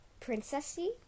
princessy